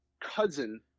cousin